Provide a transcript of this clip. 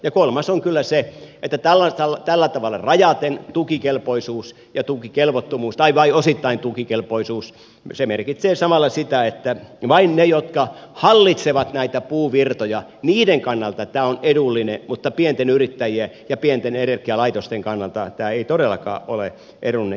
ja kolmas on kyllä se että tällä tavalla rajaten tukikelpoisuus ja tukikelvottomuus tai vain osittainen tukikelpoisuus merkitsee samalla sitä että vain niiden jotka hallitsevat näitä puuvirtoja kannalta tämä on edullinen mutta pienyrittäjien ja pienten energialaitosten kannalta tämä ei todellakaan ole edullinen järjestelmä